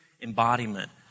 embodiment